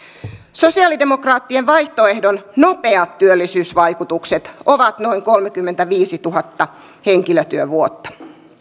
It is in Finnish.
sosialidemokraattien vaihtoehdon nopeat työllisyysvaikutukset ovat noin kolmekymmentäviisituhatta henkilötyövuotta